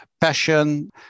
passion